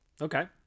Okay